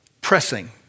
pressing